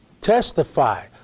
Testify